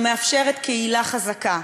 שמאפשרת קהילה חזקה,